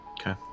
Okay